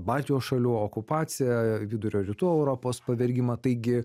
baltijos šalių okupaciją vidurio rytų europos pavergimą taigi